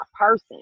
person